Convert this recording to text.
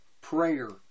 prayer